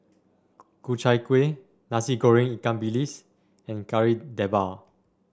Ku Chai Kuih Nasi Goreng Ikan Bilis and Kari Debal